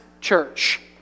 church